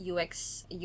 UX